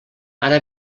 ara